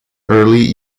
early